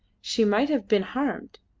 she might have been harmed,